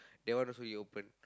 that one also he open